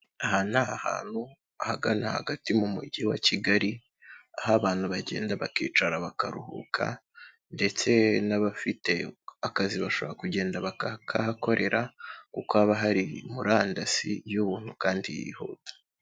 Aha ni ahantu, ahagana hagati mu mujyi wa Kigali, aho abantu bagenda bakicara bakaruhuka ndetse n'abafite akazi bashobora kugenda bakakahakorera, kuko haba hari murandasi y'ubuntu kandi yihuta.